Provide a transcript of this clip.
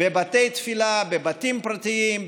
בבתים פרטיים,